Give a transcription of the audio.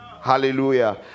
Hallelujah